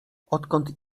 odkąd